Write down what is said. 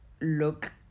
look